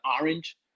orange